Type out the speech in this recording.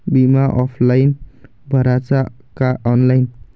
बिमा ऑफलाईन भराचा का ऑनलाईन?